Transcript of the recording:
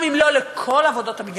גם אם לא לכל עבודות הבניין,